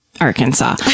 Arkansas